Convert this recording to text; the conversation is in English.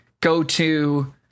go-to